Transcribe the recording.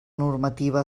normativa